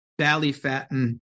Ballyfatten